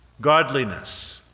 godliness